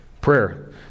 Prayer